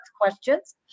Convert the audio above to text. questions